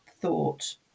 thought